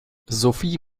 sophie